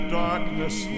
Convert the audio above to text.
darkness